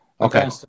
Okay